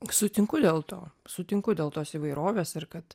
sutinku dėl to sutinku dėl tos įvairovės ir kad